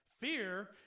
Fear